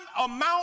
amount